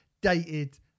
dated